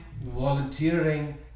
volunteering